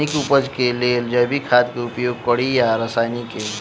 नीक उपज केँ लेल जैविक खाद केँ उपयोग कड़ी या रासायनिक केँ?